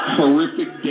horrific